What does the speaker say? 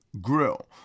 Grill